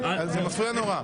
זה מפריע נורא.